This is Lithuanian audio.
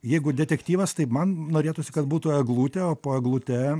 jeigu detektyvas tai man norėtųsi kad būtų eglutė o po eglute